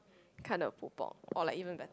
kinds of pulpo or like even better